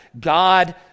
God